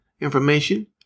information